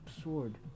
sword